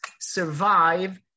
survive